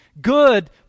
good